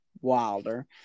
Wilder